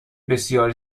بسیار